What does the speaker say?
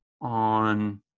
on